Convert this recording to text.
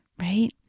right